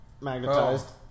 Magnetized